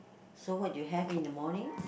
so what you have in the morning